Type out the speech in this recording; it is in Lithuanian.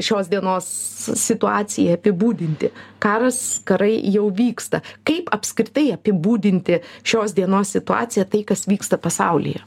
šios dienos s situacijai apibūdinti karas karai jau vyksta kaip apskritai apibūdinti šios dienos situaciją tai kas vyksta pasaulyje